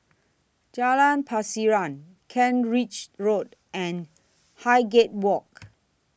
Jalan Pasiran Kent Ridge Road and Highgate Walk